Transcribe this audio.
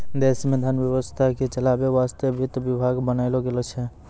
देश मे धन व्यवस्था के चलावै वासतै वित्त विभाग बनैलो गेलो छै